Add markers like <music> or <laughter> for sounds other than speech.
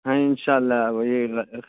ہاں انشاء اللہ اب <unintelligible>